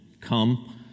come